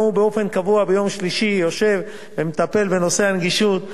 כי הוא ביום שלישי באופן קבוע יושב ומטפל בנושא הנגישות.